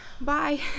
bye